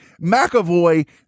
mcavoy